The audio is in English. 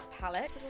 palette